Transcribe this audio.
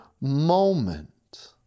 moment